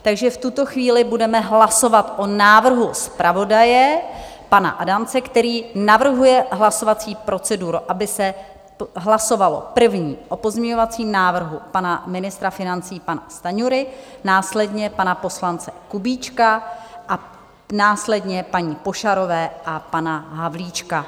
Takže v tuto chvíli budeme hlasovat o návrhu zpravodaje pana Adamce, který navrhuje hlasovací proceduru, aby se hlasovalo první o pozměňovacím návrhu pana ministra financí, pana Stanjury, následně pana poslance Kubíčka a následně paní Pošarové a pana Havlíčka.